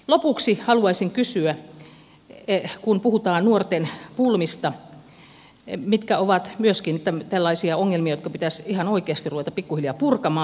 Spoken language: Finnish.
lopuksi haluaisin kysyä kun puhutaan nuorten pulmista asiasta mikä on myöskin tällaisia ongelmia joita pitäisi ihan oikeasti ruveta pikkuhiljaa purkamaan